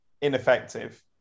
ineffective